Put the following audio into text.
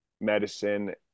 medicine